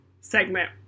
segment